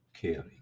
Caring